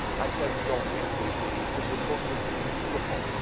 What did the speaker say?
i said don't be, sweet pea because your book is beautiful.